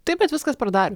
taip bet viskas per darių